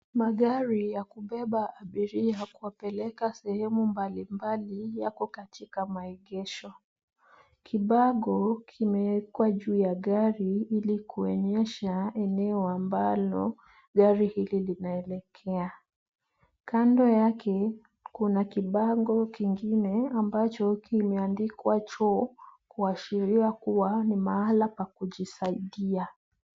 Magari ya kuwabeba abiria ya kuwapeleka sehemu mbalimbali yako katika maegesho. Kibango kimewekwa juu ya gari ili kuonyesha eneo ambalo gari hili linaelekea. Kando yake, kuna kibango kingine ambacho kimeandikwa choo, kuashiria kuwa ni mahala pa kujisaidia.